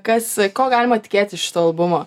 kas ko galima tikėtis iš šito albumo